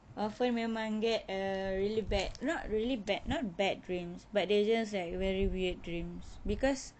often memang get a really bad not really bad not bad dreams but they just like very weird dreams because